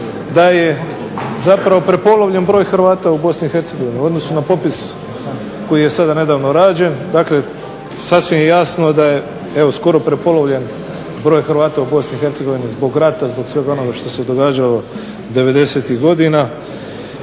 da je zapravo prepolovljen broj Hrvata u Bosni i Hercegovini u odnosu na popis koji je sada nedavno rađen. Dakle sasvim je jasno da je evo skoro prepolovljen broj Hrvata u Bosni i Hercegovini zbog rata, zbog svega onoga što se događalo '90.-ih godina.